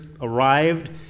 arrived